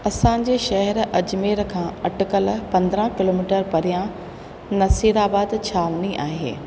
असांजे शहरु अजमेर खां अटकियल पंद्रहं किलोमीटर परियां नसेराबाद छावनी आहे